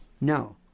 No